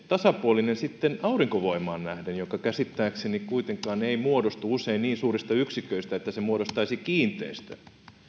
tasapuolinen aurinkovoimaan nähden joka käsittääkseni kuitenkaan ei muodostu usein niin suurista yksiköistä että se muodostaisi kiinteistön